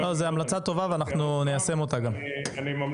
אני ממליץ בחום לעשות את זה כמה שיותר מהר.